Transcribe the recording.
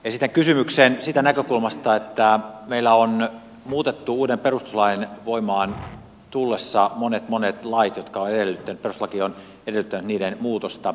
esitän kysymyksen siitä näkökulmasta että meillä on muutettu uuden perustuslain voimaan tullessa monet monet lait joiden muutosta perustuslaki on edellyttänyt